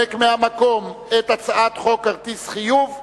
לנמק מהמקום את הצעת חוק כרטיסי חיוב (תיקון,